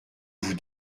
vous